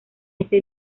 ese